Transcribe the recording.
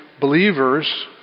believers